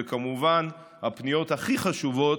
וכמובן, הפניות הכי חשובות,